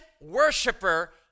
worshiper